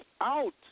out